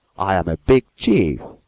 i'm a big chief!